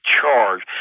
charge